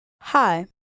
Hi